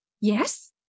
yes